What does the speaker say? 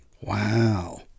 Wow